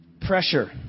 pressure